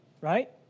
right